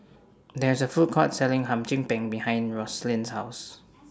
There IS A Food Court Selling Hum Chim Peng behind Rosalyn's House